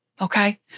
Okay